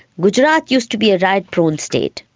gujarat used to be a riot prone state,